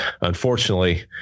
unfortunately